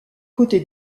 côté